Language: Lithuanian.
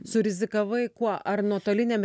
surizikavai kuo ar nuotolinėm